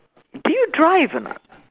do you drive or not